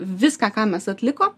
viską ką mes atliko